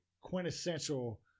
quintessential